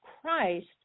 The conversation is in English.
Christ